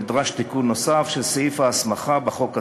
נדרש תיקון נוסף של סעיף ההסמכה בחוק עצמו.